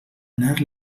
anar